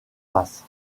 basse